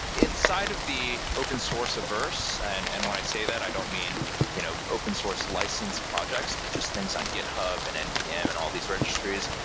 inside of the open source diverse, and and when i say that, i don't mean you know open source license projects, but just things i github and npm and all these registries.